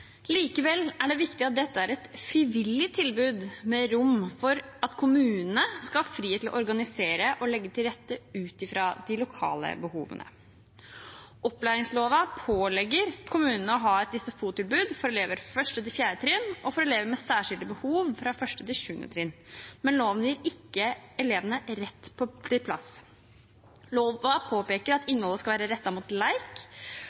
Likevel er det viktig at dette er et frivillig tilbud med rom for at kommunene skal ha frihet til å organisere og legge til rette ut fra de lokale behovene. Opplæringsloven pålegger kommunene å ha et SFO-tilbud for elever fra 1. til 4. trinn og for elever med særskilte behov fra 1. til 7. trinn, men loven gir ikke elevene rett til plass. Loven påpeker at